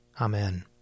Amen